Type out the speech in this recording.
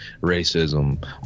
racism